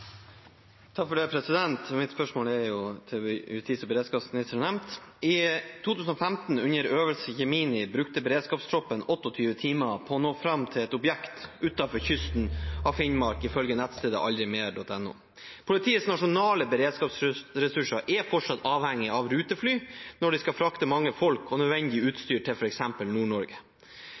beredskapsministeren: «I 2015, under øvelse Gemini, brukte beredskapstroppen 28 timer på å nå frem til et objekt utenfor kysten av Finnmark ifølge nettstedet aldrimer.no. Politiets nasjonale beredskapsressurser er fortsatt avhengig av rutefly når de skal frakte mange folk og nødvendig utstyr til